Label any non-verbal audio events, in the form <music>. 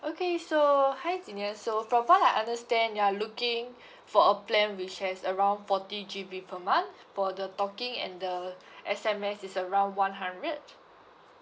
okay so hi jenia so from what I understand you're looking <breath> for a plan which has around forty G_B per month for the talking and the S_M_S is around one hundred